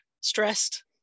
stressed